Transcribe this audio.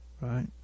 right